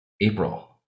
April